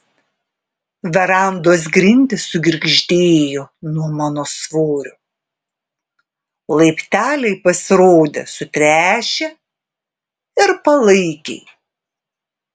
verandos grindys sugirgždėjo nuo mano svorio laipteliai pasirodė sutręšę ir palaikiai